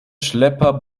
schlepper